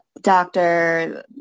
doctor